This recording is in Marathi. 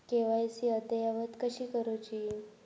के.वाय.सी अद्ययावत कशी करुची?